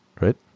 right